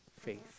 faith